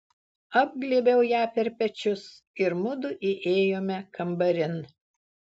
apglėbiau ją per pečius ir mudu įėjome kambarin